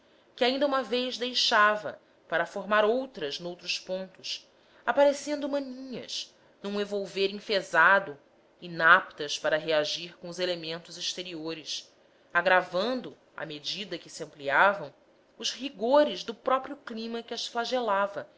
que ainda uma vez deixava para formar outras noutros pontos aparecendo maninhas num evolver enfezado inaptas para reagir com os elementos exteriores agravando à medida que se ampliavam os rigores do próprio clima que as flagelava